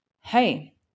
hey